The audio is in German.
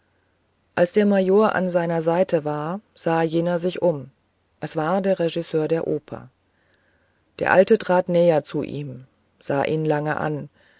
als der major an seiner seite war sah jener sich um es war der regisseur der oper der alte trat näher zu ihm sah ihn lange an